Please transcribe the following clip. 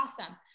awesome